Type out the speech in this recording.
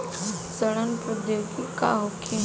सड़न प्रधौगकी का होखे?